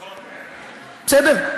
בסדר?